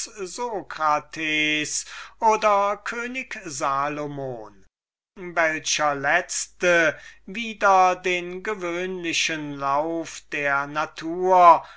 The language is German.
socrates oder könig salomon welcher letzte wider den gewöhnlichen lauf der natur